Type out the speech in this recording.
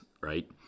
right